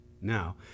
now